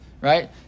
right